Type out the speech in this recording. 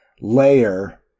layer